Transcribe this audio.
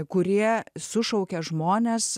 kurie sušaukia žmones